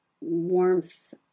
warmth